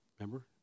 Remember